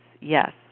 yes